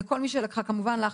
כמובן לך,